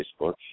Facebook